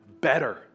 better